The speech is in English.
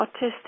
autistic